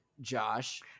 Josh